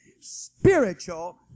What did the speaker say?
spiritual